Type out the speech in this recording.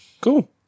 Cool